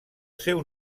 seu